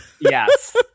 Yes